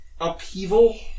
upheaval